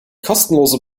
kostenlose